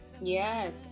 Yes